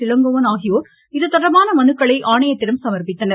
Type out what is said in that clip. இளங்கோவன் ஆகியோர் இதுதொடர்பான மனுக்களை ஆணையத்திடம் சமர்ப்பித்தனர்